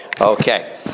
Okay